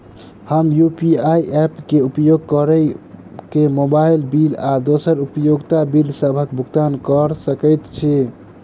हम UPI app क उपयोग करके मोबाइल बिल आ दोसर उपयोगिता बिलसबक भुगतान कर सकइत छि